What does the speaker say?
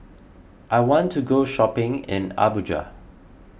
I want to go shopping in Abuja